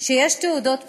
שיש תעודות פטירה.